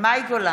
מאי גולן,